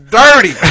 dirty